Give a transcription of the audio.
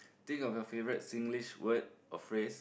think of your favourite Singlish word or phrase